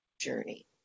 journey